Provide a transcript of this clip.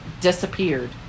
disappeared